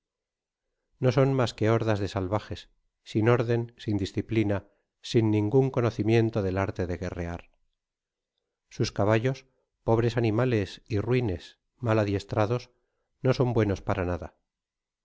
no son mas que hordas de salvajes sin órden sin disciplina sin ningun conocimiento del arte de guerrear sus caballos pobres animales y ra nes mal adiestrados na son buenos para nada